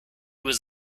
was